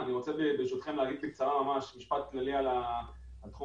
אני רוצה לומר בקצרה משפט כללי על תחום